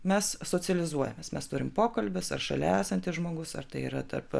mes socializuojamės mes turim pokalbius ar šalia esantis žmogus ar tai yra tarp